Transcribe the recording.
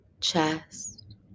chest